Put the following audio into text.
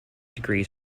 degrees